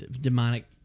demonic